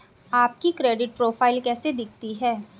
आपकी credit profile कैसी दिखती है?